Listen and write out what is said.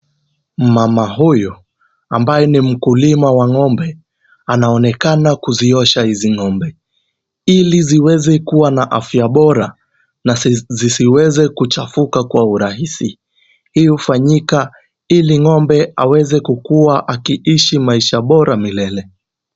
Mama huyo ambaye ni mkulima wa ng'ombe, anaonekana kuziosha hizi ng'ombe ili ziweze kuwa na afya bora. Na zisiweze kuchafuka kwa urahisi hili hufanyika ili ng'ombe aweze kukua akiishi maisha bora milele.